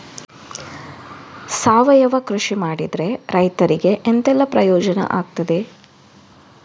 ಸಾವಯವ ಕೃಷಿ ಮಾಡಿದ್ರೆ ರೈತರಿಗೆ ಎಂತೆಲ್ಲ ಪ್ರಯೋಜನ ಆಗ್ತದೆ?